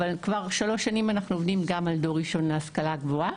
אבל כבר שלוש שנים אנחנו עובדים על דור ראשון להשכלה גבוה,